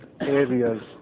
areas